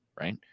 right